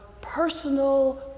personal